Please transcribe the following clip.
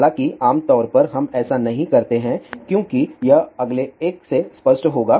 हालांकि आमतौर पर हम ऐसा नहीं करते हैं क्योंकि यह अगले एक से स्पष्ट होगा